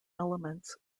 elements